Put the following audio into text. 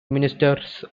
ministers